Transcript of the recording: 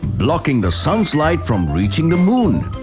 blocking the sun's light from reaching the moon.